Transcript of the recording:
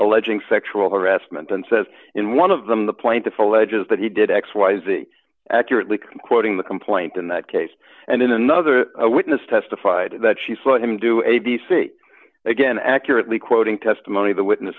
alleging sexual harassment and says in one of them the plaintiff alleges that he did x y z accurately quoting the complaint in that case and in another witness testified that she saw him do a b c again accurately quoting testimony the witness